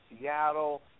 Seattle